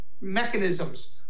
mechanisms